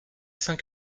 cinq